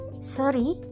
Sorry